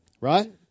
Right